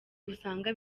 usanga